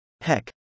Heck